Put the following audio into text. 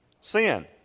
sin